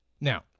Now